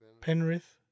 Penrith